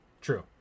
true